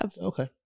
Okay